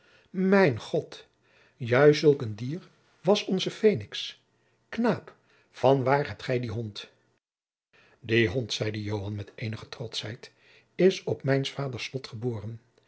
mijn god juist zulk een dier was onze phenix knaap van waar hebt gij dien hond die hond zeide joan met eenige trotschheid is op mijns vaders